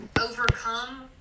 overcome